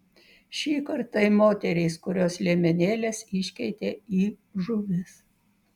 šįkart tai moterys kurios liemenėles iškeitė į žuvis